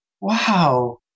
Wow